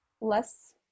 less